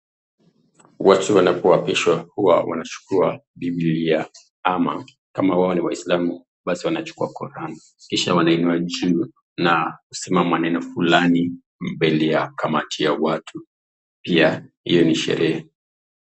Watu wanapoapishwa huwa wanachukua Bibilia ama kama wao ni Waisilamu basi wanachukua Qur'an kisha wanainua juu na husema maneno fulani mbele ya kamati ya watu pia hio ni sherehe.